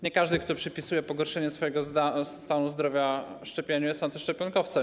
Nie każdy, kto przypisuje pogorszenie swojego stanu zdrowia szczepieniu, jest antyszczepionkowcem.